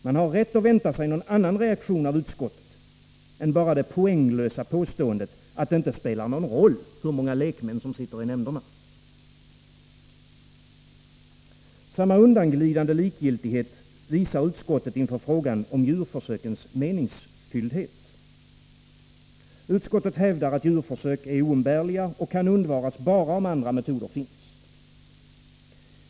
Man har rätt att vänta sig en annan reaktion av utskottet än bara det poänglösa påståendet att det inte spelar någon roll hur många lekmän som sitter i nämnderna. Samma undanglidande likgiltighet visar utskottet inför frågan om djurförsökens meningsfylldhet. Utskottet hävdar att djurförsöken är oumbärliga och kan undvaras bara om andra metöder finns.